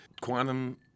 quantum